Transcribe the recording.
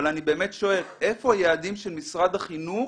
אבל אני באמת שואל איפה היעדים של משרד החינוך